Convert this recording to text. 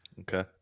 Okay